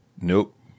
Nope